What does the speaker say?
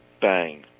bang